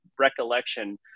recollection